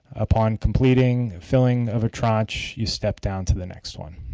upon completing filling of a tranche you step down to the next one.